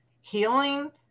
healing